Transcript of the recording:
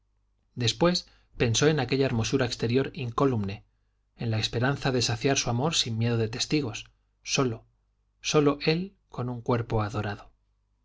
después pensó en aquella hermosura exterior incólume en la esperanza de saciar su amor sin miedo de testigos solo solo él con un cuerpo adorado